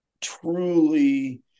truly